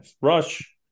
Rush